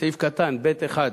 בסעיף קטן (ב)(1)